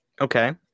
Okay